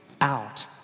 out